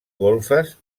golfes